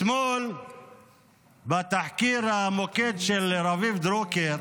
אתמול ראינו בתחקיר המקור של רביב דרוקר